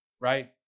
right